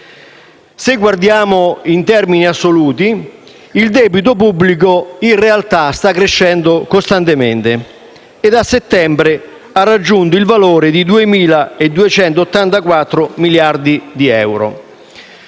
Se guardiamo in termini assoluti, il debito pubblico in realtà sta crescendo costantemente e da settembre ha raggiunto il valore di 2.284 miliardi di euro.